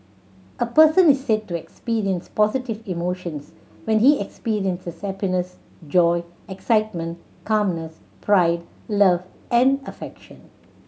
a person is said to experience positive emotions when he experiences happiness joy excitement calmness pride love and affection